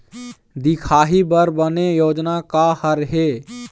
दिखाही बर बने योजना का हर हे?